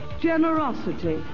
Generosity